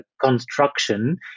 construction